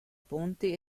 ponti